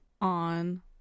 on